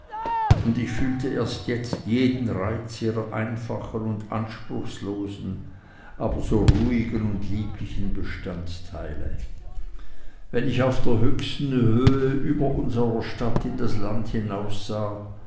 und ich fühlte erst jetzt jeden reiz ihrer einfachen und anspruchlosen aber so ruhigen und lieblichen bestandteile wenn ich auf der höchsten höhe über unserer stadt in das land hinaussah